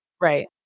Right